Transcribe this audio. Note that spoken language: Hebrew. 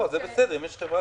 אם חברה